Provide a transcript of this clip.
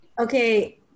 Okay